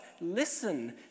Listen